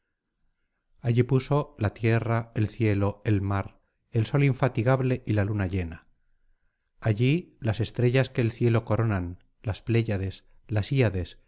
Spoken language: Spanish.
allí puso la tierra el cielo el mar el sol infatigable y la luna llena allí las estrellas que el cielo coronan las pléyades las híades